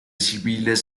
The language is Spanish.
civiles